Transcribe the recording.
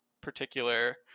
particular